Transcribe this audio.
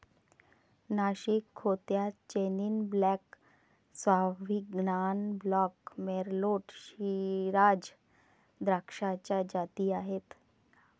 नाशिक खोऱ्यात chenin blanc, sauvignon blanc, merlot, shiraz द्राक्षाच्या जाती आहेत